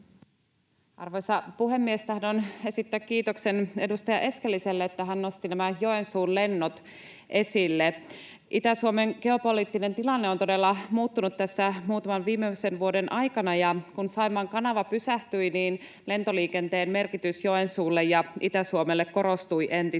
Arvoisa puhemies! Tahdon esittää kiitoksen edustaja Eskeliselle, että hän nosti nämä Joensuun lennot esille. Itä-Suomen geopoliittinen tilanne on todella muuttunut tässä muutaman viimeisen vuoden aikana, ja kun Saimaan kanava pysähtyi, niin lentoliikenteen merkitys Joensuulle ja Itä-Suomelle korostui entisestään.